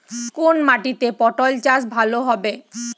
কোন মাটিতে পটল চাষ ভালো হবে?